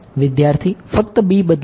વિદ્યાર્થી ફક્ત b બદલાશે